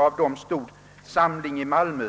Av dem stod Samling i Malmö